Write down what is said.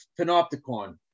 panopticon